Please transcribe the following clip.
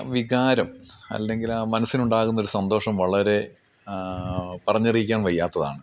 വികാരം അല്ലെങ്കിൽ ആ മനസ്സിന് ഉണ്ടാകുന്നൊരു സന്തോഷം വളരെ പറഞ്ഞറിയിക്കാൻ വയ്യാത്തതാണ്